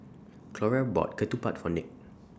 Clora bought Ketupat For Nick